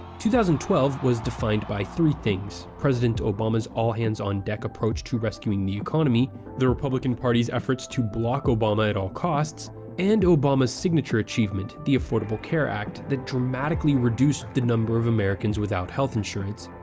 two thousand and twelve was defined by three things. president obama's all-hands-on-deck approach to rescuing the economy the republican party's efforts to block obama at all costs and obama's signature achievement, the affordable care act that dramatically reduced the number of americans without health insurance.